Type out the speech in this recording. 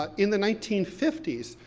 ah in the nineteen fifty s,